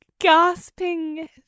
gasping